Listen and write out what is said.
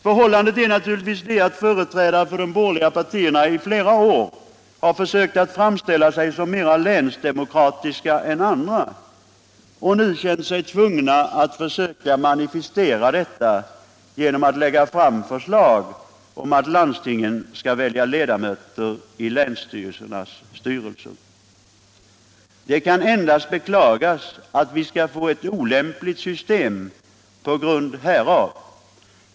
Förhållandet är naturligtvis det att företrädare för de borgerliga partierna i flera år har försökt framställa sig som mera länsdemokratiska än andra och nu känt sig tvungna att försöka manifestera detta genom att lägga fram förslag om att landstingen skall välja ledamöter i länsstyrelsernas styrelser. Det kan endast beklagas att vi skall få ett olämpligt system på grund härav.